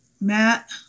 Matt